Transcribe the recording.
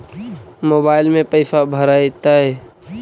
Mobile में पैसा भरैतैय?